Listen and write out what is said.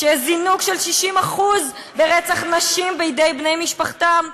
כשיש זינוק של 60% ברצח נשים בידי בני-משפחתם,